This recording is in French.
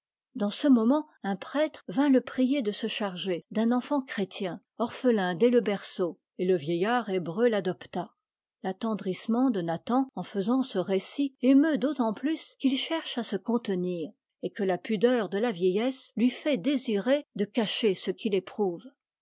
dans ce moment un prêtre vint le prier de se charger d'un enfant chrétien orphelin dès le berceau et le vieillard hébreu l'adopta l'attendrissement de nathan en faisant ce récit émeut d'autant plus qu'il cherche à se contenir et que la pudeur de la vieillesse lui fait désirer de cacher ce qu'il éprouve